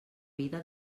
vida